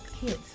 kids